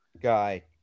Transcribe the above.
guy